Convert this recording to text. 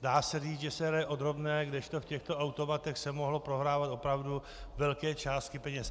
Dá se říct, že se hraje o drobné, kdežto v těchto automatech se mohly prohrávat opravdu velké částky peněz.